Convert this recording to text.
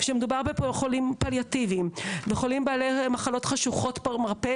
כשמדובר בחולים פליאטיביים ובחולים בעלי מחלות חשוכות מרפא